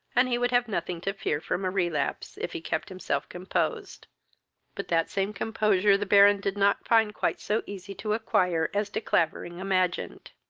and he would have nothing to fear from a relapse, if he kept himself composed but that same composure the baron did not find quite so easy to acquire as de clavering imagined.